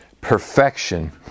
perfection